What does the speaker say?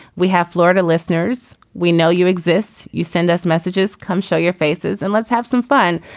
we have florida listeners. we know you exist. you send us messages come show your faces and let's have some fun.